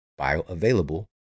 bioavailable